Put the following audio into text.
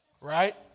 Right